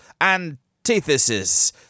antithesis